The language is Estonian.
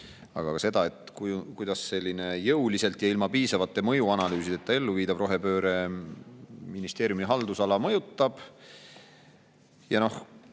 aga ka seda, kuidas selline jõuliselt ja ilma piisavate mõjuanalüüsideta ellu viidav rohepööre ministeeriumi haldusala mõjutab. Noh,